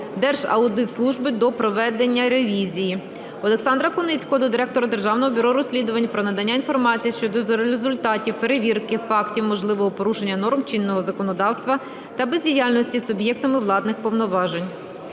Держаудитслужби до проведення ревізії. Олександра Куницького до Директора Державного бюро розслідувань про надання інформації щодо результатів перевірки фактів можливого порушення норм чинного законодавства та бездіяльності суб'єктами владних повноважень.